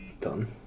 Done